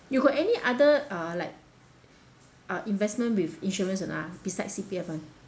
you got any other uh like uh investment with insurance or not ah besides C_P_F [one]